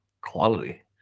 quality